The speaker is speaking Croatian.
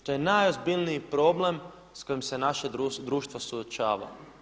To je najozbiljniji problem s kojim se naše društvo suočava.